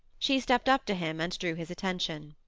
she stepped up to him and drew his attention.